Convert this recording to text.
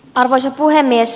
arvoisa puhemies